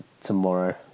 tomorrow